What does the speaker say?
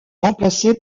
remplacé